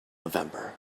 november